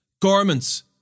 garments